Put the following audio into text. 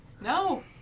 No